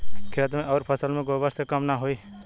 खेत मे अउर फसल मे गोबर से कम ना होई?